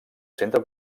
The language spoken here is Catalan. centre